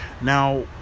now